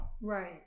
Right